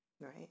Right